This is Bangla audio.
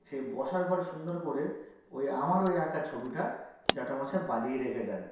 সেই বসার ঘরে সুন্দর করে ওই আমার ওই আঁকা ছবিটা জ্যাঠামশাই বাঁধিয়ে রেখে দেন